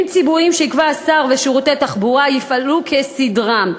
ציבוריים שיקבע השר ושירותי תחבורה יפעלו כסדרם.